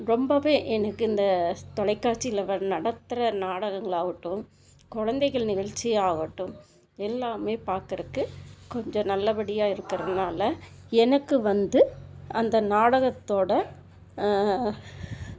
ரொம்பவே எனக்கு இந்த தொலைக்காட்சியில் வந் நடத்துகிற நாடகங்கள் ஆகட்டும் குழந்தைகள் நிகழ்ச்சியாகட்டும் எல்லாமே பார்க்குறக்கு கொஞ்சம் நல்லப்படியாக இருக்கிறதுனால எனக்கு வந்து அந்த நாடகத்தோடய